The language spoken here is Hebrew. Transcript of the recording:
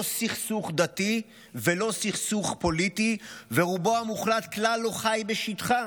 לא סכסוך דתי ולא סכסוך פוליטי ורובו המוחלט כלל לא חי בשטחה.